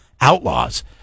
outlaws